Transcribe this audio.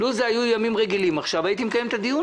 לו הימים היו רגילים, הייתי מקיים את הדיון